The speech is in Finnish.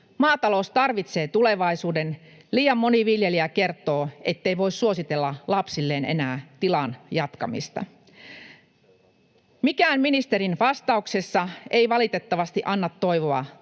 Maatalous tarvitsee tulevaisuuden. Liian moni viljelijä kertoo, ettei voi suositella lapsilleen enää tilan jatkamista. Mikään ministerin vastauksessa ei valitettavasti anna toivoa